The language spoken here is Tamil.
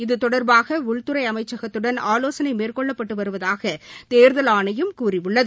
இது தொடர்பாக உள்துறை அமைச்சகத்துடன் ஆலோசனை மேற்கொள்ளப்பட்டு வருவதாக தேர்தல் ஆணையம் கூறியுள்ளது